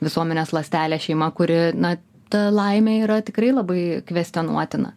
visuomenės ląstelė šeima kuri na ta laimė yra tikrai labai kvestionuotina